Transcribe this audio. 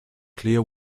clear